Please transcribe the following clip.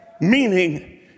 meaning